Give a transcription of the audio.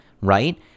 right